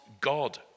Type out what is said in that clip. God